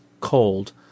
cold